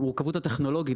במורכבות הטכנולוגית.